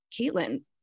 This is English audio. Caitlin